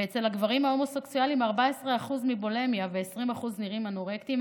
ואצל הגברים ההומוסקסואלים 14% סובלים מבולימיה ו-20% נראים אנורקטיים.